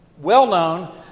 well-known